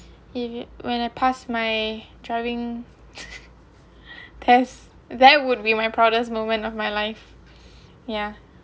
it will when I pass my driving test that would be my proudest moment of my life ya